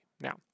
Now